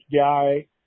guy